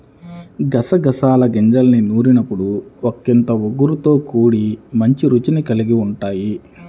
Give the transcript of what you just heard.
గసగసాల గింజల్ని నూరినప్పుడు ఒకింత ఒగరుతో కూడి మంచి రుచిని కల్గి ఉంటయ్